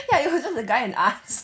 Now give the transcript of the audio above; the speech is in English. ya it was just the guy and us